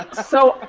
so,